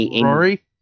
Rory